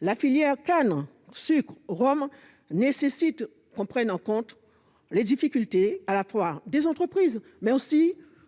La filière canne-sucre-rhum nécessite que l'on prenne en compte à la fois les difficultés des entreprises, mais aussi